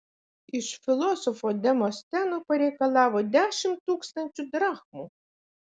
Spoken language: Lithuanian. iš filosofo demosteno pareikalavo dešimt tūkstančių drachmų